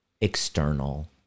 external